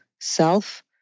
self